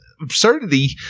absurdity